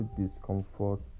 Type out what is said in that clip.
discomfort